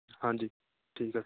ਹਾਂਜੀ ਠੀਕ ਹੈ